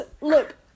Look